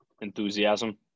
Enthusiasm